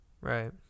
Right